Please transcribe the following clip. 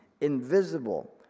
invisible